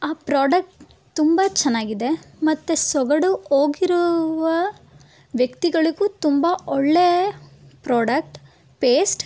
ಆ ಪ್ರಾಡಕ್ಟ್ ತುಂಬ ಚೆನ್ನಾಗಿದೆ ಮತ್ತು ಸೊಗಡು ಹೋಗಿರುವ ವ್ಯಕ್ತಿಗಳಿಗೂ ತುಂಬ ಒಳ್ಳೆಯ ಪ್ರಾಡಕ್ಟ್ ಪೇಸ್ಟ್